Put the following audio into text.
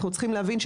אנחנו צריכים להבין,